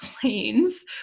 planes